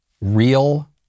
real